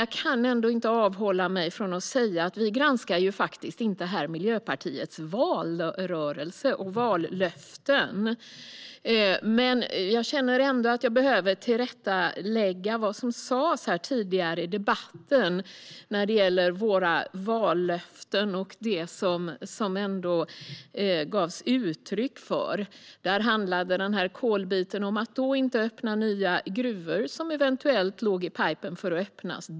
Jag kan ändå inte avhålla mig från att säga att vi här faktiskt inte granskar Miljöpartiets valrörelse och vallöften. Jag känner ändå att jag behöver tillrättalägga vad som sa tidigare i debatten om våra vallöften och det som gavs uttryck för. Gransknings-betänkandeVissa frågor om regeringens ansvar för förvaltningen och statliga bolag Kolbiten handlade om att inte öppna nya gruvor som eventuellt låg i pipeline för att öppnas.